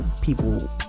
people